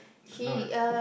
no